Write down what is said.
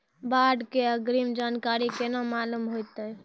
बाढ़ के अग्रिम जानकारी केना मालूम होइतै?